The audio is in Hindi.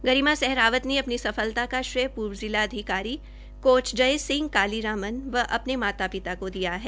गरिमा सहरावत ने अपनी सफलता का श्रेय पूर्व जिला खेल अधिकारी कोच जय सिंह कालीराम व अपने माता पिता को दिया है